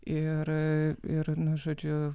ir ir nu žodžiu